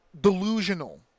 delusional